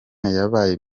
yabaye